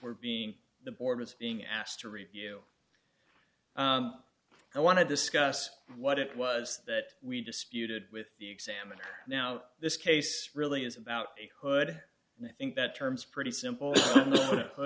were being the board was being asked to review i want to discuss what it was that we disputed with the examiner now this case really is about a hood and i think that terms pretty simple